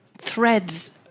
threads